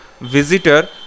visitor